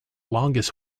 longest